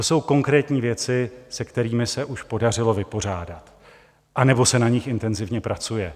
To jsou konkrétní věci, se kterými se už podařilo vypořádat anebo se na nich intenzivně pracuje.